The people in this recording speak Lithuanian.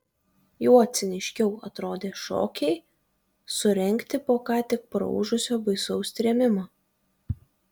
juo ciniškiau atrodė šokiai surengti po ką tik praūžusio baisaus trėmimo